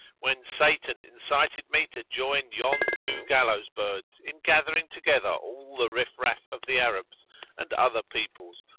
when satan incited me to join yon two gallows birds in gathering together all the riff-raff of the arabs and other peoples,